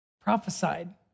prophesied